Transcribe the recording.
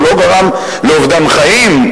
הוא לא גרם לאובדן חיים.